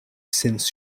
since